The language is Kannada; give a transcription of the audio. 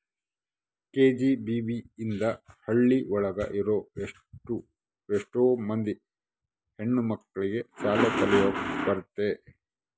ಕೆ.ಜಿ.ಬಿ.ವಿ ಇಂದ ಹಳ್ಳಿ ಒಳಗ ಇರೋ ಎಷ್ಟೋ ಮಂದಿ ಹೆಣ್ಣು ಮಕ್ಳಿಗೆ ಶಾಲೆ ಕಲಿಯಕ್ ಬರುತ್ತೆ